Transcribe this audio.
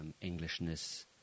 Englishness